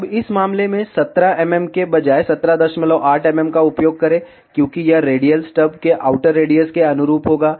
अब इस मामले में 17 mm के बजाय 178 mm का उपयोग करें क्योंकि यह रेडियल स्टब के आउटर रेडियस के अनुरूप होगा